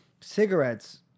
Cigarettes